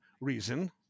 reason